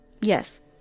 Yes